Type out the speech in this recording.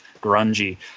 grungy